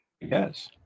Yes